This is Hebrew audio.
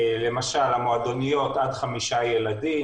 למשל, המועדוניות זה עד 5 ילדים.